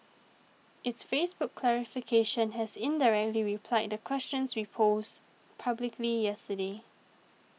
its Facebook clarification has indirectly replied the questions we posed publicly yesterday